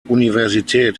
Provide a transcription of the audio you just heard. universität